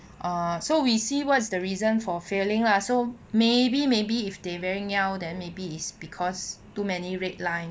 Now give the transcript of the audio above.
so we see what's the reason for failing lah so maybe maybe if they very niao then maybe is because too many red line